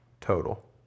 total